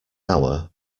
hour